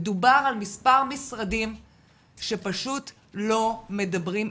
מדובר על מספר משרדים שפשוט לא מדברים.